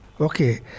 Okay